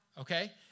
Okay